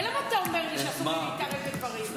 ולמה אתה אומר לי שאסור לי להתערב בדברים?